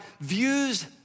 views